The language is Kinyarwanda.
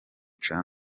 cha